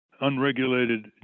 unregulated